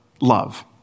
love